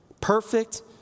Perfect